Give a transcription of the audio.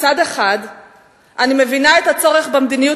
מצד אחד אני מבינה את הצורך במדיניות